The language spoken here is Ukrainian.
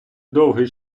довгий